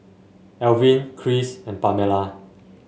Elvin Chris and Pamella